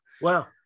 Wow